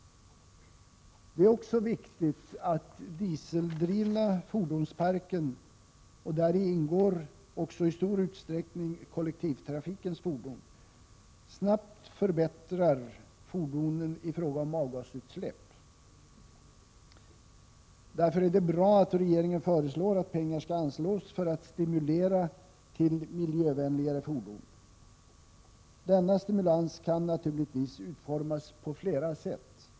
Det är också viktigt att den dieseldrivna fordonsparken — däri ingår i stor utsträckning kollektivtrafikens fordon — snabbt förbättras i fråga om avgasutsläpp. Det är därför bra att regeringen föreslår att pengar skall anslås för att stimulera till miljövänligare fordon. Denna stimulans kan naturligtvis utformas på flera sätt.